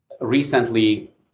Recently